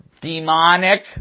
demonic